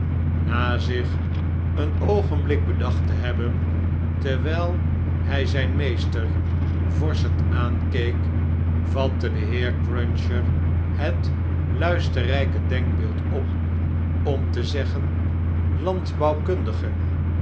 na zich een oogenblik bedacht te hebben terwyl hy zyn meester vorschend aankeek vatte de heer cruncher het luisterryke denkbeeldop om te zeggen